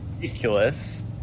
ridiculous